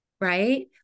Right